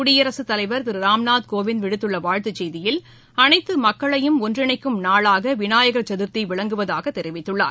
குடியரசுத்தலைவர் திரு ராம்நாத் கோவிந்த் விடுத்துள்ள வாழ்த்து செய்தியில் அனைத்து மக்களையும் ஒன்றிணைக்கும் நாளாக விநாயக சதுர்த்தி விளங்குவதாக தெரிவித்துள்ளார்